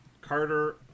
Carter